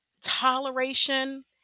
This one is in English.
toleration